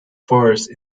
force